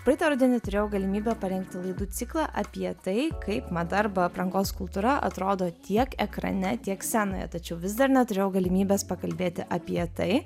praeitą rudenį turėjau galimybę parengti laidų ciklą apie tai kaip man darbo aprangos kultūra atrodo tiek ekrane tiek scenoje tačiau vis dar neturėjau galimybės pakalbėti apie tai